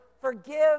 forgive